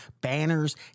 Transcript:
banners